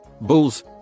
Bulls